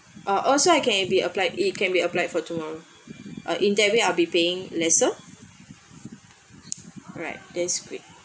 uh also I can be applied it can be applied for tomorrow uh in that way I'll be paying lesser alright that's great